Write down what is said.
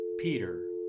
Peter